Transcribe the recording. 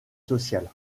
sociales